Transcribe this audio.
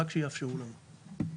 רק שיאפשרו לנו.